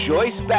Joyce